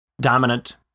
dominant